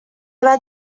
bat